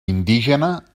indígena